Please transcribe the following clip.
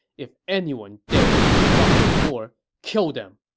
if anyone dares to cry anymore, kill them!